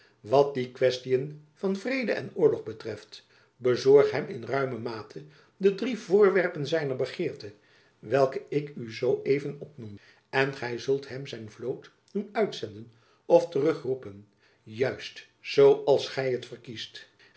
wat die questiën van vrede en oorlog betreft bezorg hem in ruime mate de drie voorwerpen zijner begeerte welke ik u zoo even opnoemde en gy zult hem zijn vloot doen uitzenden of terug roepen juist zoo als gy t verkiest